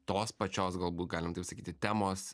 tos pačios galbūt galim taip sakyti temos